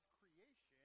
creation